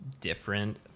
different